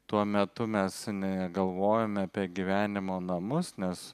tuo metu mes negalvojome apie gyvenimo namus nes